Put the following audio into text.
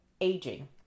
aging